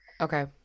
Okay